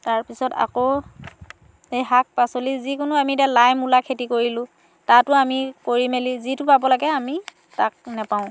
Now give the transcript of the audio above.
তাৰপিছত আকৌ এই শাক পাচলি যিকোনো আমি এতিয়া লাই মূলা খেতি কৰিলোঁ তাতো আমি কৰি মেলি যিটো পাব লাগে আমি তাক নেপাওঁ